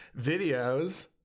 videos